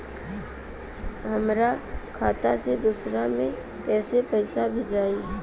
हमरा खाता से दूसरा में कैसे पैसा भेजाई?